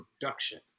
production